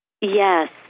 Yes